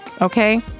okay